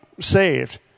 saved